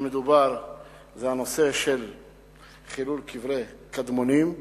הנושא של חילול קברי קדמונים,